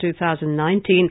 2019